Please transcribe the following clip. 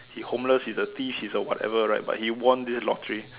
he homeless he's a thief he's a whatever right but he won this lottery